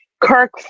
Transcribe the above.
Kirk